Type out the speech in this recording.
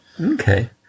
Okay